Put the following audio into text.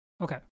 Okay